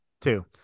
Two